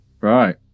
right